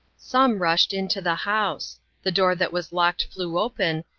some rushed into the house the door that was locked flew open,